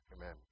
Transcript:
Amen